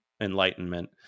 enlightenment